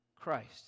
Christ